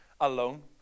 alone